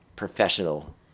professional